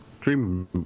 Dream